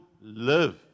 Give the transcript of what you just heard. live